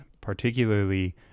particularly